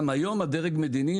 גם היום הדרג המדיני,